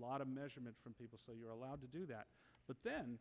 lot of measurement from people are allowed to do that but then